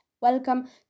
Welcome